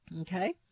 Okay